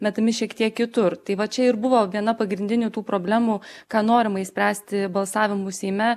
metami šiek tiek kitur tai va čia ir buvo viena pagrindinių tų problemų ką norima išspręsti balsavimu seime